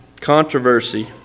Controversy